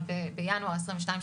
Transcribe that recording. בינואר 2022,